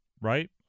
right